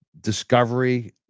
discovery